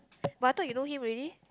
but I thought you know him already